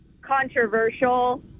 controversial